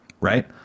right